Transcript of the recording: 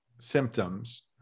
symptoms